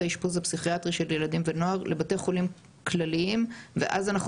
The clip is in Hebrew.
האשפוז הפסיכיאטרי של ילדים ונוער לבתי חולים כלליים ואז אנחנו